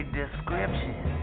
description